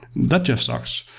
that just sucks.